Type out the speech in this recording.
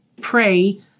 pray